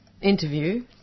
interview